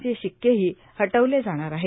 चे शिक्केही हटवले जाणार आहे